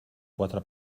quatre